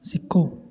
ਸਿੱਖੋ